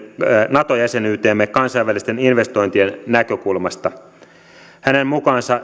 nato jäsenyyteemme kansainvälisten investointien näkökulmasta hänen mukaansa